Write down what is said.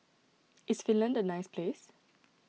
is Finland a nice place